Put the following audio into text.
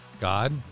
God